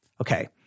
Okay